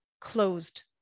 closed